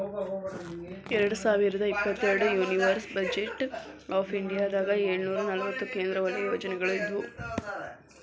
ಎರಡ್ ಸಾವಿರದ ಇಪ್ಪತ್ತೆರಡರ ಯೂನಿಯನ್ ಬಜೆಟ್ ಆಫ್ ಇಂಡಿಯಾದಾಗ ಏಳುನೂರ ನಲವತ್ತ ಕೇಂದ್ರ ವಲಯ ಯೋಜನೆಗಳ ಇದ್ವು